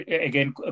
again